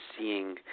seeing